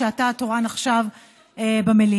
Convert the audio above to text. שאתה התורן עכשיו במליאה.